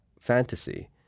fantasy